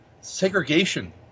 segregation